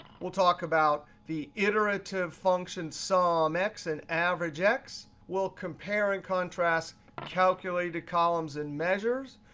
we'll talk about the iterative function sum x and average x. we'll compare and contrast calculated columns and measures.